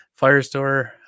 Firestore